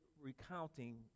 recounting